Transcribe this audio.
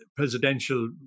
presidential